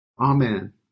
Amen